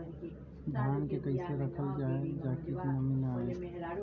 धान के कइसे रखल जाकि नमी न आए?